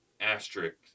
asterisk